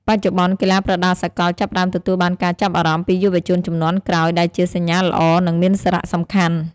បច្ចុប្បន្ន កីឡាប្រដាល់សកលចាប់ផ្តើមទទួលបានការចាប់អារម្មណ៍ពីយុវជនជំនាន់ក្រោយ ដែលជាសញ្ញាល្អ និងមានសារៈសំខាន់។